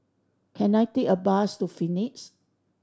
can I take a bus to Phoenix